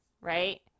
right